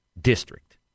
district